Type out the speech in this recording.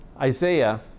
Isaiah